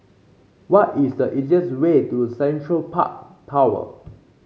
what is the easiest way to Central Park Tower